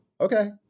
okay